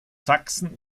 sachsen